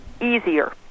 easier